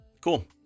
cool